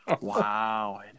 Wow